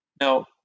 Now